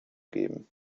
geben